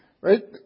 Right